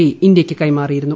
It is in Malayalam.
ഇ ഇന്ത്യ്യ്ക്ക് കൈമാറിയിരുന്നു